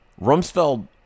Rumsfeld